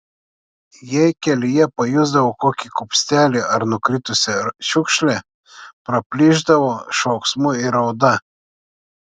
jei kelyje pajusdavo kokį kupstelį ar nukritusią šiukšlę praplyšdavo šauksmu ir rauda